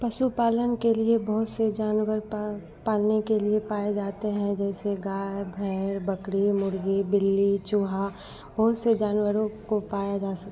पशुपालन के लिए बहुत से जानवर पा पालने के लिए पाए जाते हैं जैसे गाय भैंस बकरी मुर्गी बिल्ली चूहा बहुत से जानवरों को पाए जा सक